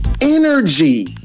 energy